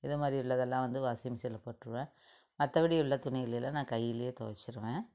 இது மாதிரி உள்ளதெல்லாம் வந்து வாஷிங் மிஷின்ல போட்டிருவேன் மற்றபடி உள்ள துணிகளை எல்லாம் நான் கையிலே துவைச்சிருவேன்